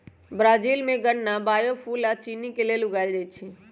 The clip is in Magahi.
ब्राजील में गन्ना बायोफुएल आ चिन्नी के लेल उगाएल जाई छई